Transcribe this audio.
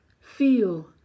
feel